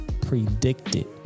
predicted